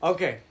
Okay